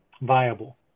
viable